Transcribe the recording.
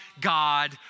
God